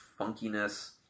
funkiness